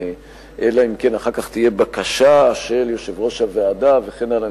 אלא אם כן אחר כך תהיה בקשה של יושב-ראש הוועדה וכן הלאה.